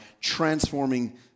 transforming